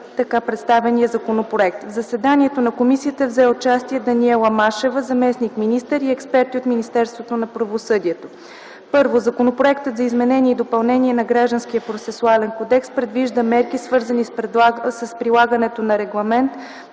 така представения законопроект. В заседанието на комисията взеха участие Даниела Машева – заместник-министър, и експерти от Министерството на правосъдието. I. Законопроектът за изменение и допълнение на Гражданския процесуален кодекс предвижда мерки, свързани с прилагането на Регламент